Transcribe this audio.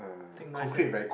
think nice ah